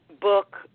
book